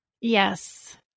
Yes